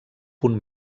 punt